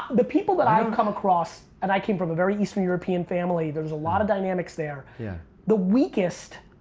the people that i have come across and i came from a very eastern european family there's a lot of dynamics there. yeah the weakest,